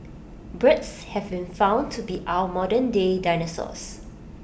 birds have been found to be our modernday dinosaurs